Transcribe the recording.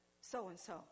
so-and-so